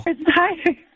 Hi